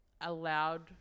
allowed